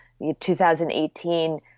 2018